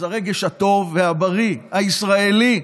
אז הרגש הטוב והבריא, הישראלי,